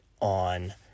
on